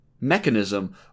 mechanism